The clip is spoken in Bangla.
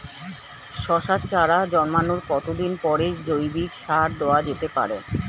শশার চারা জন্মানোর কতদিন পরে জৈবিক সার দেওয়া যেতে পারে?